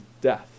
death